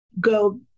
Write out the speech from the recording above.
go